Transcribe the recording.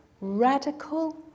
Radical